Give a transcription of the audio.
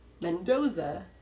Mendoza